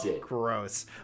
gross